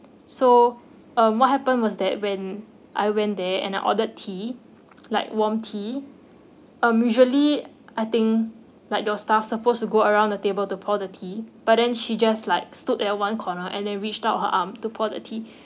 so uh what happened was that when I went there and ordered tea like warm tea um usually I think like your staff supposed to go around the table to pour the tea but then she just like stood at one corner and then reached out her arm to pour the tea